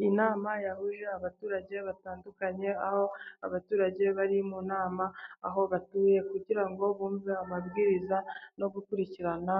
Iyi nama yahuje abaturage batandukanye, aho abaturage bari mu nama aho batuye, kugira ngo bumve amabwiriza no gukurikirana